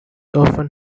often